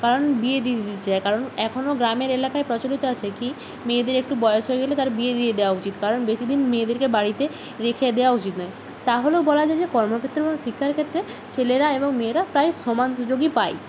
কারণ বিয়ে দিয়ে দিতে চায় কারণ এখনও গ্রামের এলাকায় প্রচলিত আছে কি মেয়েদের একটু বয়স হয়ে গেলে তার বিয়ে দিয়ে দেওয়া উচিত কারণ বেশিদিন মেয়েদেরকে বাড়িতে রেখে দেওয়া উচিত নয় তাহলেও বলা যায় যে কর্মক্ষেত্রে এবং শিক্ষার ক্ষেত্রে ছেলেরা এবং মেয়েরা প্রায় সমান সুযোগই পায়